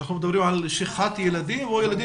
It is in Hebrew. אנחנו מדברים על שכחת ילדים או ילדים